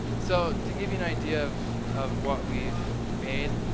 so to give you an idea of of what we've made,